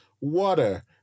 water